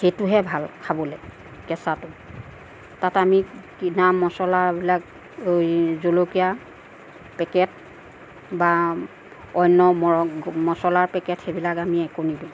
সেইটোহে ভাল খাবলে কেঁচাটো তাত আমি কিনা মচলাবিলাক জলকীয়া পেকেট বা অন্য মচলাৰ পেকেট সেইবিলাক আমি একো নিদিওঁ